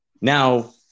Now